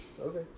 Okay